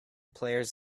players